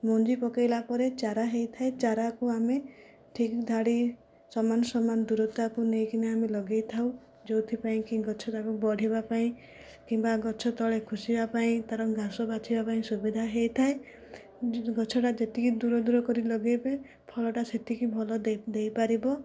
ମଞ୍ଜି ପକେଇଲା ପରେ ଚାରା ହୋଇଥାଏ ଚାରାକୁ ଆମେ ଠିକ୍ ଧାଡ଼ି ସମାନ ସମାନ ଦୂରତାକୁ ନେଇକିନା ଆମେ ଲଗେଇଥାଉ ଯେଉଁଥିପାଇଁକି ଗଛଟାକୁ ବଢ଼ିବା ପାଇଁ କିମ୍ବା ଗଛ ତଳେ ଖୋସିବା ପାଇଁ ତାର ଘାସ ବାଛିବା ପାଇଁ ସୁବିଧା ହୋଇଥାଏ ଗଛଟା ଯେତିକି ଦୂର ଦୂର କରି ଲଗେଇବେ ଫଳଟା ସେତିକି ଭଲ ଦେଇ ଦେଇପାରିବ